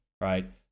right